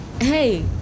Hey